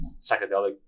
psychedelic